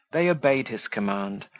they obeyed his command,